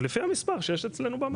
לפי מספר שיש אצלנו במערכת.